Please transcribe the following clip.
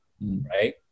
Right